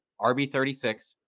RB36